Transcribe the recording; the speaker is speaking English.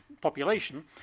population